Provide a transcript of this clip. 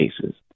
cases